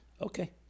Okay